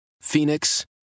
Phoenix